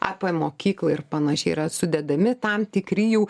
apie mokyklą ir panašiai yra sudedami tam tikri jau